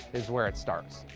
is where it starts.